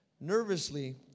Nervously